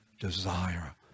desire